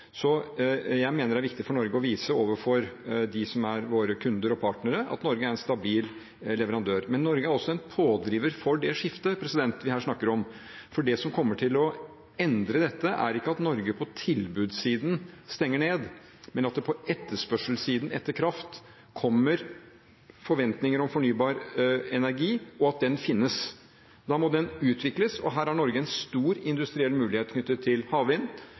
Jeg mener det er viktig for Norge å vise overfor dem som er våre kunder og partnere, at Norge er en stabil leverandør. Men Norge er også en pådriver for det skiftet vi her snakker om, for det som kommer til å endre dette, er ikke at Norge på tilbudssiden stenger ned, men at det på etterspørselssiden etter kraft kommer forventninger om fornybar energi, og at den finnes. Da må den utvikles, og her har Norge en stor industriell mulighet knyttet til f.eks. havvind